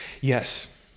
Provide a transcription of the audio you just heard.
yes